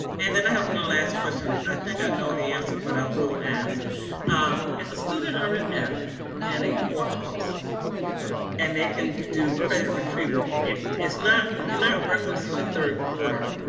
and then i have one last question. i think i know the answer, but i will ask if a student or an f and a core course and they can do credit retrieval. it is not, you're not referencing the third quarter.